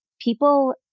people